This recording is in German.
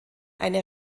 eine